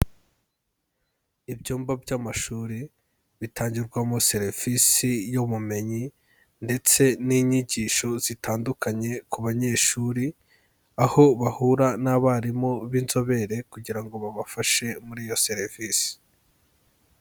Ibyumba by'amashuri bitangirwamo serivisi y'ubumenyi ndetse n'inyigisho zitandukanye ku banyeshuri, aho bahura n'abarimu b'inzobere kugira ngo babafashe muri iyo serivisi.